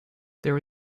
there